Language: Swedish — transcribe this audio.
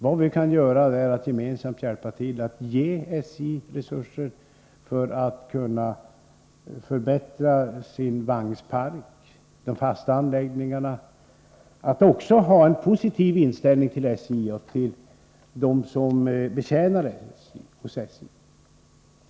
Vad vi kan göra är att gemensamt hjälpa till att ge SJ resurser för att förbättra sin vagnpark och sina fasta anläggningar, och att dessutom ha en positiv inställning till SJ och till de människor som arbetar där.